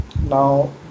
Now